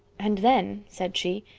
and then, said she,